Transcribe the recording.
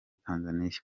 tanzania